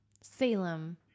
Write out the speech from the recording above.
Salem